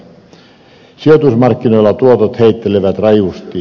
sijoitusmarkkinoilla tuotot heittelehtivät rajusti